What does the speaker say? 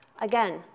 Again